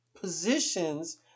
Positions